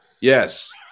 Yes